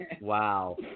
Wow